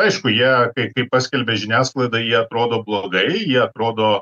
aišku jie kaip kaip paskelbė žiniasklaida jie atrodo blogai jie atrodo